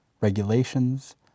regulations